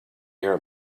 hear